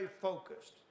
focused